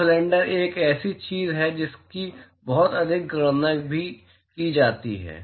तो सिलेंडर एक ऐसी चीज है जिसकी बहुत अधिक गणना भी की जाती है